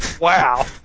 Wow